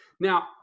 Now